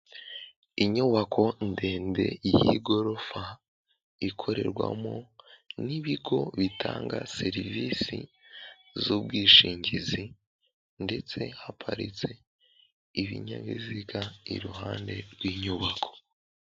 Inyubako ndende y'igorofa, ikorerwamo n'ibigo bitanga serivisi z'ubwishingizi, ndetse haparitse ibinyabiziga iruhande rw'inyubako.